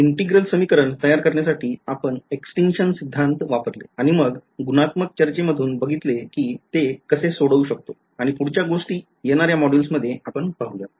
Integral समीकरण तयार करण्यासाठी आपण Extenction सिद्धांत वापरले आणि मग गुणात्मक चर्चे मधून बघितले कि ते कसे सोडवू शकतो आणि पुढच्या गोष्टी येणाऱ्या मॉड्युल्स मध्ये पाहुयात